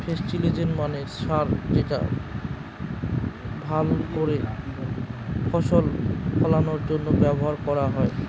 ফেস্টিলিজের মানে সার যেটা ভাল করে ফসল ফলানোর জন্য ব্যবহার করা হয়